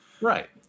right